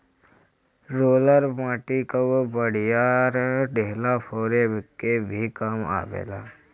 roller माटी कअ बड़ियार ढेला फोरे के भी काम आवेला